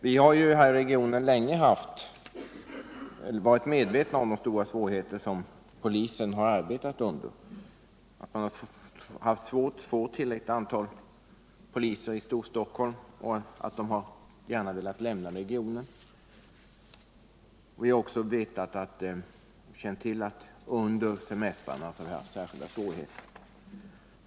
Vi har i Stockholmsregionen länge varit medvetna om de stora svårigheter som polisen har arbetat under, att man har haft svårt att få tillräckligt antal poliser i Storstockholm och att polispersonal gärna velat lämna regionen. Vi har också känt till att det varit särskilda svårigheter under semestrarna.